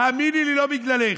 תאמיני לי, לא בגללך.